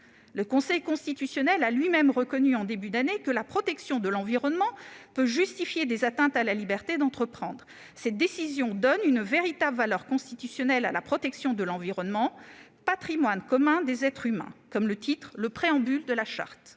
Le Conseil constitutionnel a lui-même reconnu en début d'année que la protection de l'environnement peut justifier des atteintes à la liberté d'entreprendre. Cette décision donne une véritable valeur constitutionnelle à la protection de l'environnement, « patrimoine commun des êtres humains », comme le titre le préambule de la Charte.